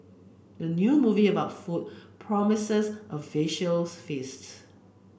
the new movie about food promises a visual feasts